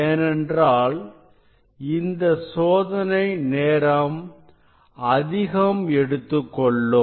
ஏனென்றால் இந்த சோதனை நேரம் அதிகம் எடுத்துக்கொள்ளும்